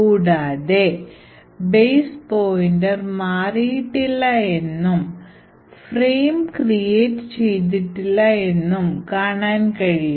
കൂടാതെ base pointer മാറിയിട്ടില്ല എന്നും ഫ്രെയിം ക്രിയേറ്റ് ചെയ്തിട്ടില്ല എന്നും കാണാൻ കഴിയും